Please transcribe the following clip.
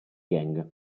gang